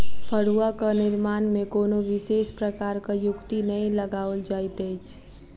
फड़ुआक निर्माण मे कोनो विशेष प्रकारक युक्ति नै लगाओल जाइत अछि